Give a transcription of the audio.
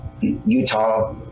Utah